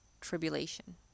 tribulation